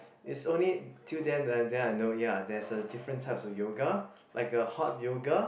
it's only till then and then I know ya there's a different types of yoga like hot yoga